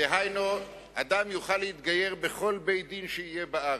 דהיינו אדם יוכל להתגייר בכל בית-דין בארץ.